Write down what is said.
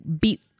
beat